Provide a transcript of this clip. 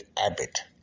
Abbott